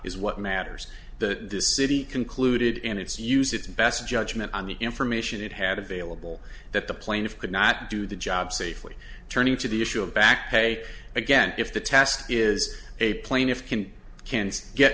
is what matters the city concluded and its use its best judgment on the information it had available that the plaintiff could not do the job safely turning to the issue of backpay again if the test is a plaintiff can can get